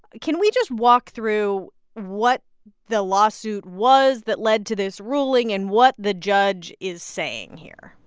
can we just walk through what the lawsuit was that led to this ruling and what the judge is saying here?